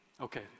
okay